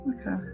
Okay